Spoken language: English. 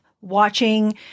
watching